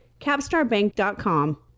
capstarbank.com